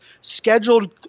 scheduled